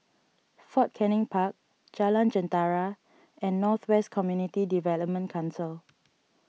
Fort Canning Park Jalan Jentera and North West Community Development Council